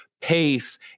pace